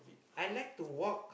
I like to walk